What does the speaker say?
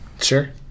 Sure